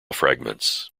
fragments